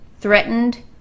threatened